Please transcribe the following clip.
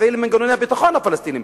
תפעילו את מנגנוני הביטחון הפלסטיניים,